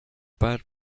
bad